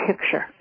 picture